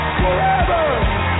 Forever